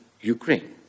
Ukraine